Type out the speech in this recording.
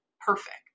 perfect